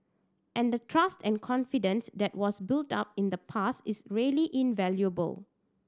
and the trust and confidence that was built up in the past is really invaluable